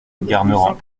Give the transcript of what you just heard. garnerans